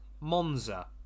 Monza